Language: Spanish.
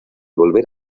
volver